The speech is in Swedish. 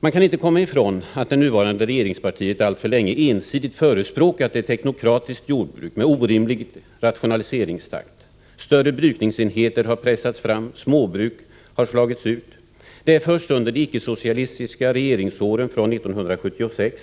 Man kan inte komma ifrån att det nuvarande regeringspartiet alltför länge ensidigt förespråkat ett teknokratiskt jordbruk med orimlig rationaliseringstakt. Större brukningsenheter har pressats fram. Småbruk har slagits ut. Det är först under de icke-socialistiska regeringsåren från 1976